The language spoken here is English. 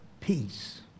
peace